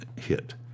hit